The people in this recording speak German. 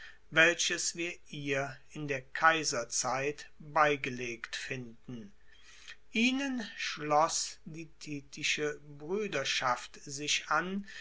welches wir ihr in der kaiserzeit beigelegt finden ihnen schloss die titische bruederschaft sich an